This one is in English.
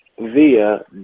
via